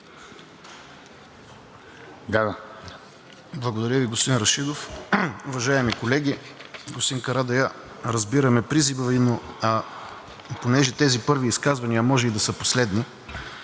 Благодаря Ви, господин Рашидов. Уважаеми колеги! Господин Карадайъ, разбираме призива Ви, но понеже тези първи изказвания може и да са последни,